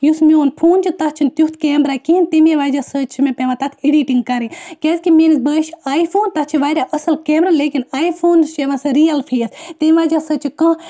یُس میون فون چھِ تَتھ چھِنہٕ تیُتھ کیمرا کِہیٖنۍ تَمی وجہ سۭتۍ چھِ مےٚ پٮ۪وان تَتھ اٮ۪ڈِٹِنٛگ کَرٕنۍ کیٛازِکہِ میٛٲنِس بٲیِس چھِ آیۍ فون تَتھ چھِ واریاہ اَصٕل کیمرا لیکِن آیۍ فونَس چھِ یِوان سُہ رِیَل فیٖل تمہِ وجہ سۭتۍ چھِ کانٛہہ